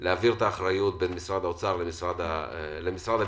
את האחריות בין משרד האוצר למשרד הביטחון.